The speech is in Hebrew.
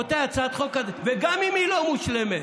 הצעת החוק, גם אם היא לא מושלמת,